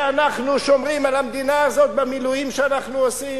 שאנחנו שומרים על המדינה הזאת במילואים שאנחנו עושים,